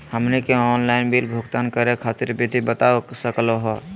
हमनी के online bill भुगतान करे खातीर विधि बता सकलघ हो?